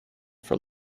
for